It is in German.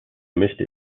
möchte